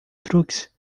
truques